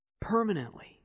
permanently